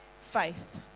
faith